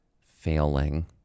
failing